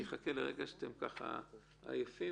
הוגשה בקשה לביטול הכרה כאמור בסעיף קטן